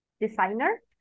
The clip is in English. designer